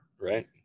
Right